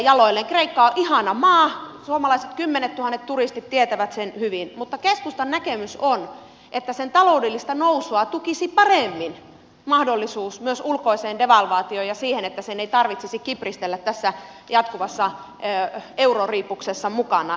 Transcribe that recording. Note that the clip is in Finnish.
kreikka on ihana maa kymmenettuhannet suomalaiset turistit tietävät sen hyvin mutta keskustan näkemys on että sen taloudellista nousua tukisi paremmin mahdollisuus myös ulkoiseen devalvaatioon ja siihen että sen ei tarvitsisi kipristellä tässä jatkuvassa euroriipuksessa mukana